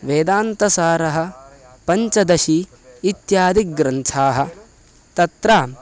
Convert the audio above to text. वेदान्तसारः पञ्चदशी इत्यादयः ग्रन्थाः तत्र